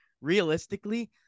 realistically